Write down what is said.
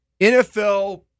NFL